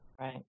right